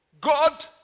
God